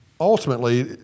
ultimately